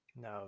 No